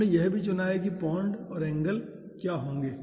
हमने यह भी चुना है कि बॉन्ड और एंगल क्या होंगे